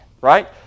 right